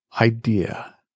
idea